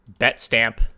Betstamp